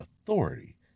authority